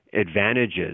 advantages